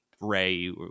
Ray